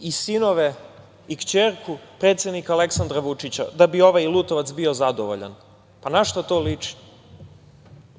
i sinove i kćerku predsednika Aleksandra Vučića, da bi ovaj Lutovac bio zadovoljan? Pa, na šta to liči?